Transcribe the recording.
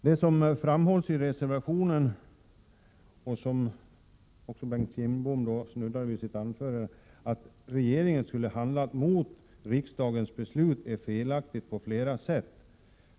Det som framhålls i reservationen och i Bengt Kindboms anförande om att regeringen skulle ha handlat mot riksdagens beslut är felaktigt på flera sätt.